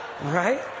Right